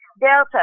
Delta